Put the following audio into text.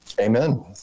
Amen